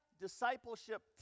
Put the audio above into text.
discipleship